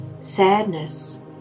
sadness